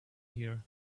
here